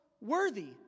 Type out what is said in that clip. worthy